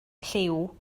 lliw